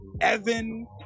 Evan